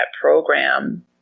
program